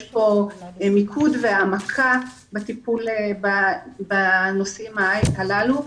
יש מיקוד והעמקה בטיפול בנושאים הללו.